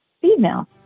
female